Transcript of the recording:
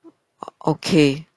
okay